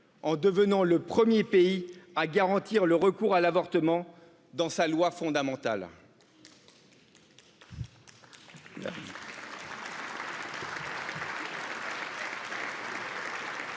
en devenant le 1ᵉʳ pays à garantir le recours à l'avortement dans sa loi fondamentale